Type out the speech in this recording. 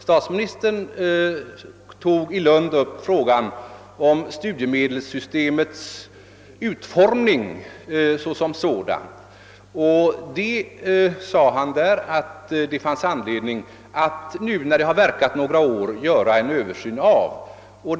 Statsministern tog där upp frågan om studiemedelssystemets utformning som sådan. Han menade att det fanns anledning att nu, när systemet har verkat några år, göra en översyn av det.